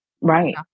right